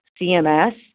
CMS